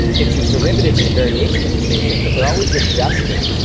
it's a derivative and variation of the same thing, but they're always adjusting.